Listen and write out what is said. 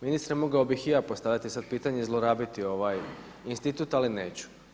Ministre mogao bih i ja postavljati sad pitanje i zlorabiti ovaj institut, ali neću.